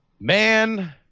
Man